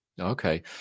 Okay